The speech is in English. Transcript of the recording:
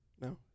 No